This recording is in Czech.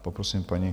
Poprosím paní...